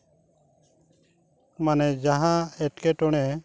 ᱢᱟᱱᱮ ᱡᱟᱦᱟᱸ ᱮᱴᱠᱮᱴᱚᱬᱮ